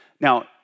Now